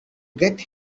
get